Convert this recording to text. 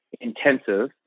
intensive